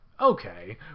okay